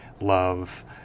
love